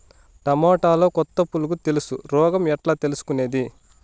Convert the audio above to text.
టమోటాలో కొత్త పులుగు తెలుసు రోగం ఎట్లా తెలుసుకునేది?